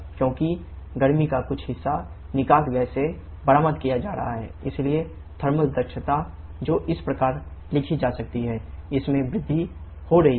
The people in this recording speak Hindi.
लेकिन गर्मी इनपुट दक्षता जो इस प्रकार लिखी जा सकती है thWnetqin इसमें वृद्धि हो रही है